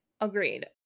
Agreed